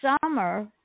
Summer